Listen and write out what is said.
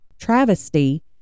travesty